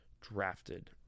drafted